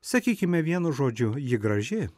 sakykime vienu žodžiu ji graži